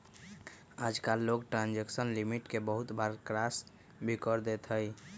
आजकल लोग transaction limit के बहुत बार क्रास भी कर देते हई